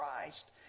Christ